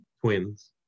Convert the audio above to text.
twins